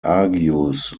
argues